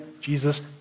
Jesus